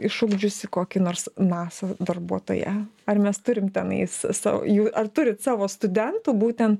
išugdžiusi kokį nors nasa darbuotoją ar mes turim tenais savo jų ar turit savo studentų būtent